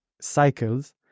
cycles